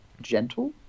gentle